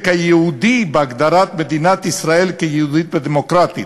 היהודי בהגדרת מדינת ישראל כיהודית ודמוקרטית,